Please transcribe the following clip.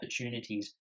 opportunities